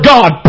God